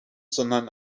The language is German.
sondern